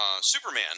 Superman